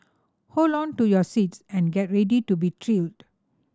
hold on to your seats and get ready to be thrilled